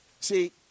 See